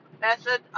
method